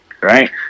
right